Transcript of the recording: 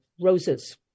Roses